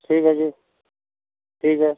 ठीक है जी ठीक है